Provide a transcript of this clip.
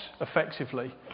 effectively